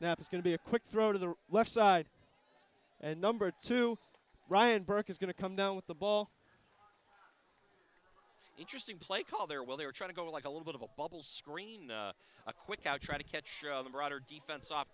is going to be a quick throw to the left side and number two ryan burke is going to come down with the ball interesting play call there well they were trying to go like a little bit of a bubble screen a quick out try to catch the broader defense off